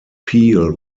peel